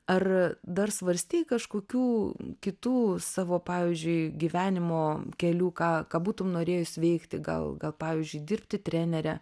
ar dar svarstei kažkokių kitų savo pavyzdžiui gyvenimo kelių ką ką būtum norėjus veikti gal gal pavyzdžiui dirbti trenere